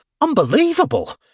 Unbelievable